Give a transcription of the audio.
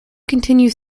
continues